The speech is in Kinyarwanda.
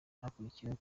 hakurikiyeho